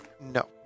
no